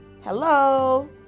Hello